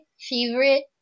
favorite